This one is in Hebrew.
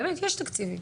באמת יש תקציבים,